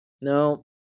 No